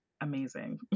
amazing